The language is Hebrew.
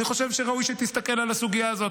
אני חושב שראוי שתסתכל על הסוגיה הזאת,